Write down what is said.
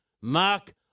Mark